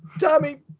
Tommy